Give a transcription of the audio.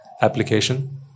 application